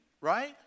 right